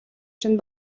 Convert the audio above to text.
чинь